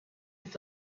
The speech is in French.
est